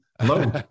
Hello